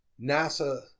NASA